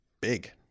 big